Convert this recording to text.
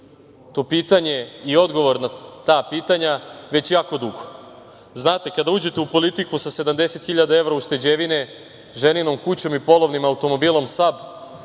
to pitanje i odgovor na ta pitanja već jako dugo. Znate, ako uđete u politiku sa 70 hiljada ušteđevine, ženinom kućom i polovnim automobilom SAAB